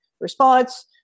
response